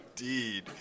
indeed